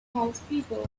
townspeople